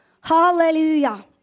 Hallelujah